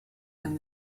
and